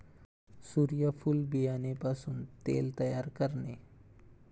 सूर्यफूल बियाणे पासून तेल तयार करणे